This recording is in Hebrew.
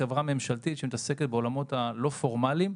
חברה ממשלתית שעוסקת בעולמות הלא פורמליים,